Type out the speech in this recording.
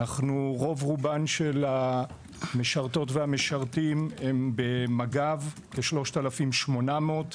רוב רובם של המשרתות והמשרתים הם במג"ב - כ-3,800.